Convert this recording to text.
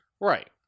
Right